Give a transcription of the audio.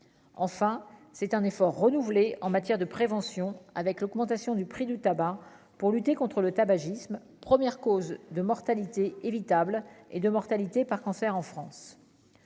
enfin, c'est un effort renouvelé en matière de prévention avec l'augmentation du prix du tabac pour lutter contre le tabagisme, première cause de mortalité évitable et de mortalité par cancer en France,